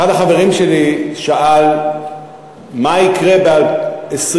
אחד החברים שלי שאל מה יקרה ב-2020,